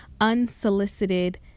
Unsolicited